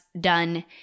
done